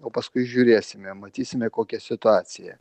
o paskui žiūrėsime matysime kokia situacija